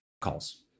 calls